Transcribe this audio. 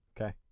okay